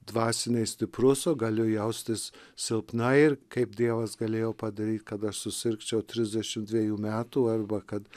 dvasiniai stiprus o galiu jaustis silpnai ir kaip dievas galėjo padaryt kad aš susirgčiau trisdešim dviejų metų arba kad